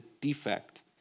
defect